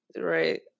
right